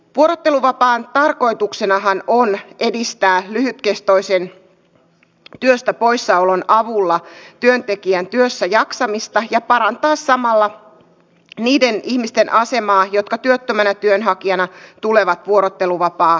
vuorotteluvapaan tarkoituksenahan on edistää lyhytkestoisen työstä poissaolon avulla työntekijän työssäjaksamista ja parantaa samalla niiden ihmisten asemaa jotka työttöminä työnhakijoina tulevat vuorotteluvapaasijaisiksi